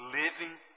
living